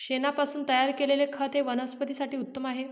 शेणापासून तयार केलेले खत हे वनस्पतीं साठी उत्तम आहे